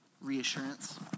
reassurance